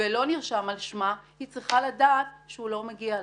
ולא נרשם על שמה, היא צריכה לדעת שהוא לא מגיע לה.